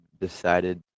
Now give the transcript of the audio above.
decided